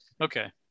okay